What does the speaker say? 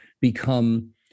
become